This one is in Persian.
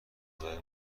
غذای